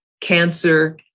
cancer